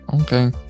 Okay